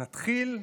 נתחיל.